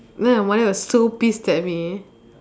then my mother was so pissed at me